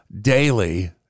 daily